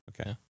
Okay